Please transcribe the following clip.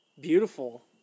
Beautiful